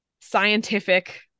scientific